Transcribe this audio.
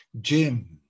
Jim